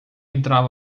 entrar